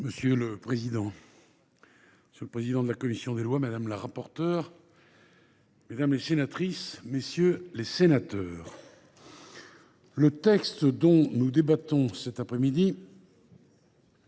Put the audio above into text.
Monsieur le président, monsieur le président de la commission des lois, madame la rapporteure, mesdames, messieurs les sénateurs, le texte dont nous débattons cet après midi